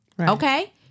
Okay